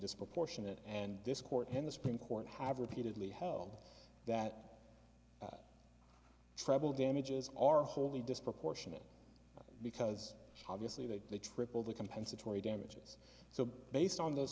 disproportionate and this court and the supreme court have repeatedly held that treble damages are wholly disproportionate because obviously that they triple the compensatory damages so based on those